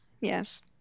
Yes